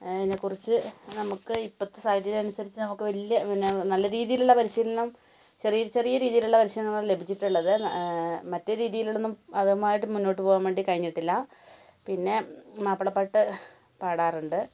അതിനെക്കുറിച്ച് നമുക്ക് ഇപ്പത്തെ സാഹചര്യമനുസരിച്ച് നമുക്ക് വലിയ പിന്നെ നല്ല രീതിയിലുള്ള പരിശീലനം ചെറിയ ചെറിയ രീതിയിലുള്ള പരിശീലനങ്ങള് ലഭിച്ചിട്ടുള്ളത് മറ്റേ രീതിയിലൊന്നും അതുമായിട്ട് മുന്നോട്ട് പോവാൻ വേണ്ടി കഴിഞ്ഞിട്ടില്ല പിന്നെ മാപ്പിളപ്പാട്ട് പാടാറുണ്ട്